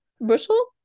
bushel